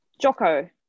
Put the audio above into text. Jocko